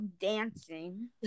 dancing